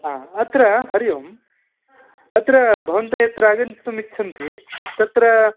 अत्र हरि ओं अत्र भवन्त यत्र आगन्तुमिच्छन्ति तत्र